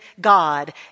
God